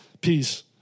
peace